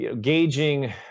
gauging